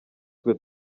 twe